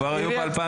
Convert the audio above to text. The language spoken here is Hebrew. כבר היו ב-2011,